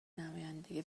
نمایندگی